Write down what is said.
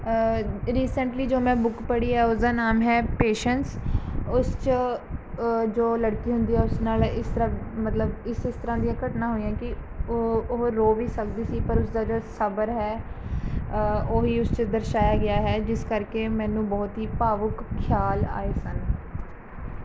recently ਜੋ ਮੈਂ book ਪੜ੍ਹੀ ਹੈ ਉਸਦਾ ਨਾਮ ਹੈ ਪੇਸ਼ੈਂਸ਼ ਉਸ 'ਚ ਜੋ ਲੜਕੀ ਹੁੰਦੀ ਹੈ ਉਸ ਨਾਲ ਇਸ ਤਰ੍ਹਾਂ ਮਤਲਬ ਇਸ ਇਸ ਤਰ੍ਹਾਂ ਦੀਆਂ ਘਟਨਾ ਹੋਈਆਂ ਕਿ ਉਹ ਉਹ ਰੋ ਵੀ ਸਕਦੀ ਸੀ ਪਰ ਉਸਦਾ ਜਿਹੜਾ ਸਬਰ ਹੈ ਉਹੀ ਉਸ 'ਚ ਦਰਸਾਇਆ ਗਿਆ ਹੈ ਜਿਸ ਕਰਕੇ ਮੈਨੂੰ ਬਹੁਤ ਹੀ ਭਾਵੁਕ ਖਿਆਲ ਆਏ ਸਨ